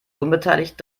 unbeteiligt